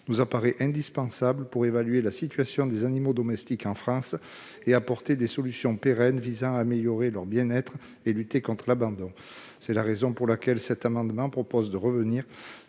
nous apparaît indispensable pour évaluer la situation des animaux domestiques en France et apporter des solutions pérennes visant à améliorer leur bien-être et lutter contre l'abandon. C'est la raison pour laquelle cet amendement tend à revenir